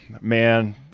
Man